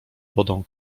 wodą